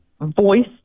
voice